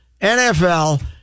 NFL